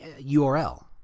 URL